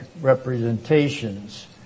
representations